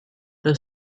the